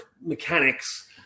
mechanics